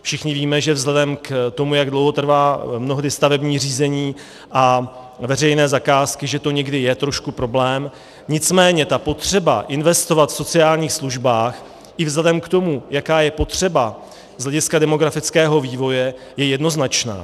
Všichni víme, že vzhledem k tomu, jak dlouho trvá mnohdy stavební řízení a veřejné zakázky, že to někdy je trošku problém, nicméně potřeba investovat v sociálních službách i vzhledem k tomu, jaká je potřeba z hlediska demografického vývoje, je jednoznačná.